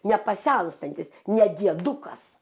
nepasenstantis ne diedukas